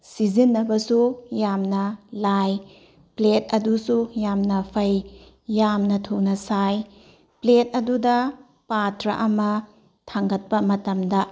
ꯁꯤꯖꯤꯟꯅꯕꯁꯨ ꯌꯥꯝꯅ ꯂꯥꯏ ꯄ꯭ꯂꯦꯠ ꯑꯗꯨꯁꯨ ꯌꯥꯝꯅ ꯐꯩ ꯌꯥꯝꯅ ꯊꯨꯅ ꯁꯥꯏ ꯄ꯭ꯂꯦꯠ ꯑꯗꯨꯗ ꯄꯥꯠꯇ꯭ꯔ ꯑꯃ ꯊꯥꯡꯒꯠꯄ ꯃꯇꯝꯗ